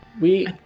We-